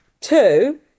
Two